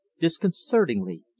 disconcertingly